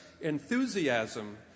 enthusiasm